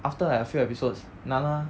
after like a few episodes na na